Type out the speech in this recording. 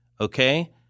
okay